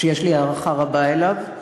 שיש לי הערכה רבה אליו,